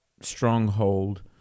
stronghold